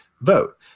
vote